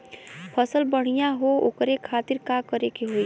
फसल बढ़ियां हो ओकरे खातिर का करे के होई?